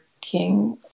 king